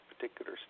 particular